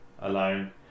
alone